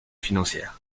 financières